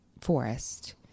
forest